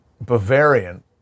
Bavarian